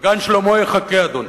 וגן שלמה יחכה, אדוני.